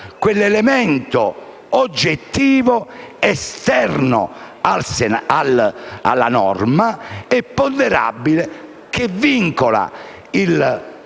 l'elemento oggettivo, esterno alla norma e ponderabile, che vincola